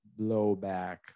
blowback